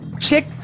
chick